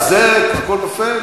על זה הכול נופל?